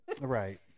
right